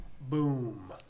boom